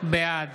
בעד